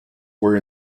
were